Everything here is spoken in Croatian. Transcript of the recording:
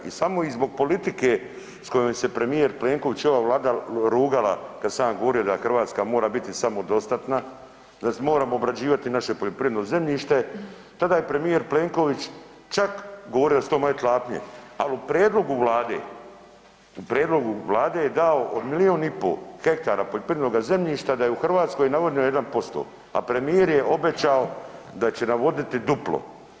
I samo i zbog politike s kojom se premijer Plenković i ova Vlada rugala kad sam ja govorio da Hrvatska mora biti samodostatna, da moramo obrađivati naše poljoprivredno zemljište tada je premijer Plenković čak govorio da su to moje tlapnje, al u prijedlogu Vlade, u prijedlogu Vlade je dao od milion i po hektara poljoprivrednoga zemljišta da je u Hrvatskoj navodnjeno 1%, a premijer je obećao da će navodniti duplo.